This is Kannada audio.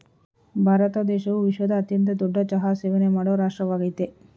ಭಾರತ ದೇಶವು ವಿಶ್ವದ ಅತ್ಯಂತ ದೊಡ್ಡ ಚಹಾ ಸೇವನೆ ಮಾಡೋ ರಾಷ್ಟ್ರವಾಗಯ್ತೆ